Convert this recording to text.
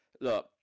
Look